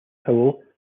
howell